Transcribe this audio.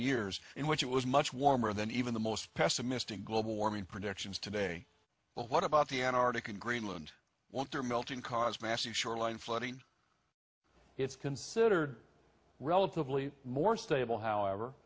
years in which it was much warmer than even the most pessimistic global warming predictions today what about the antarctic and greenland water melting cause massive shoreline flooding it's considered relatively more stable however